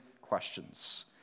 questions